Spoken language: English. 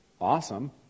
Awesome